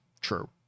true